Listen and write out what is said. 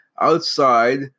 Outside